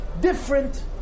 different